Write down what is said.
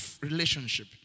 relationship